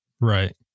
Right